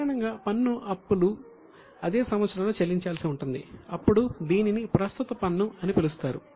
సాధారణంగా పన్ను అప్పులు అదే సంవత్సరంలో చెల్లించాల్సి ఉంటుంది అప్పుడు దీనిని ప్రస్తుత పన్ను అని పిలుస్తారు